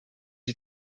die